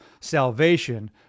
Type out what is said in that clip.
salvation